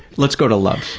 let's go to loves.